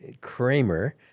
Kramer